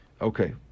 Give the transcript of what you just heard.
Okay